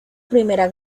primera